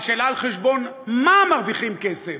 השאלה היא על חשבון מה מרוויחים כסף.